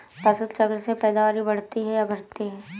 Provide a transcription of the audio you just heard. फसल चक्र से पैदावारी बढ़ती है या घटती है?